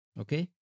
Okay